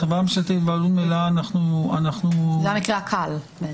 זה המקרה הקל.